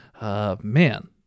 Man